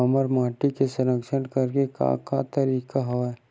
हमर माटी के संरक्षण करेके का का तरीका हवय?